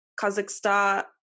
Kazakhstan